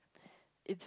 is